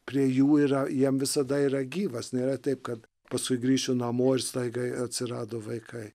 prie jų yra jiem visada yra gyvas nėra taip kad paskui grįšiu namo ir staigiai atsirado vaikai